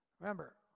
Remember